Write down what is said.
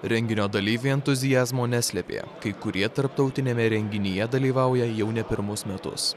renginio dalyviai entuziazmo neslėpė kai kurie tarptautiniame renginyje dalyvauja jau ne pirmus metus